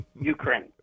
ukraine